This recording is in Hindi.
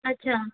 अच्छा